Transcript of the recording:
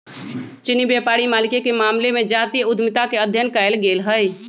चीनी व्यापारी मालिके मामले में जातीय उद्यमिता के अध्ययन कएल गेल हइ